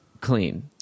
clean